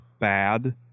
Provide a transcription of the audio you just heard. bad